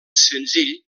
senzill